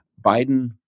Biden